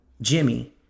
Jimmy